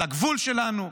על הגבול שלנו,